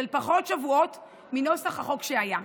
שבועות מנוסח החוק שהיה,